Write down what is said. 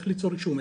איך ליצור רישום,